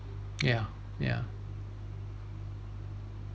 yeah yeah